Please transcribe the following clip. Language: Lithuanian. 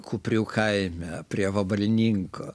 kuprių kaime prie vabalninko